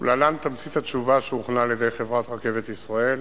להלן תמצית התשובה שהוכנה על-ידי חברת "רכבת ישראל":